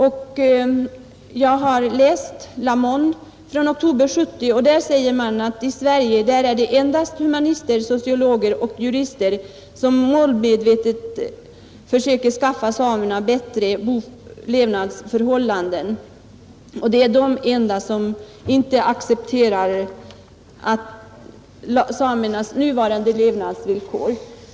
I Le Monde för oktober 1970 säger man att i Sverige är det endast humanister, sociologer och jurister som målmedvetet försöker skaffa samerna bättre levnadsförhållanden; det är endast de som inte accepterar samernas nuvarande levnadsvillkor.